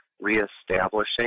reestablishing